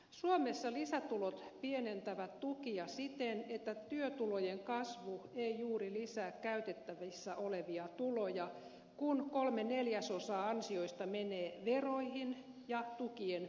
suomessa lisätulot pienentävät tukia siten että työtulojen kasvu ei juuri lisää käytettävissä olevia tuloja kun kolme neljäsosaa ansioista menee veroihin ja tukien pienentymiseen